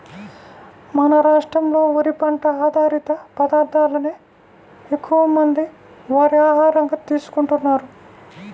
మన రాష్ట్రంలో వరి పంట ఆధారిత పదార్ధాలనే ఎక్కువమంది వారి ఆహారంగా తీసుకుంటున్నారు